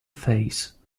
face